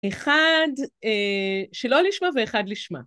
אחד שלא לשמה ואחד לשמה.